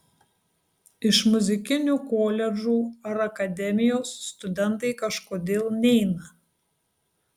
iš muzikinių koledžų ar akademijos studentai kažkodėl neina